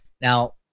Now